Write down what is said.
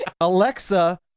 Alexa